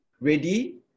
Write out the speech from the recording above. ready